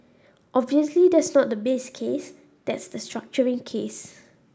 obviously that's not the base case that's the structuring case